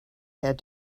had